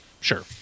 sure